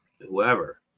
whoever